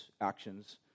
actions